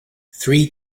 three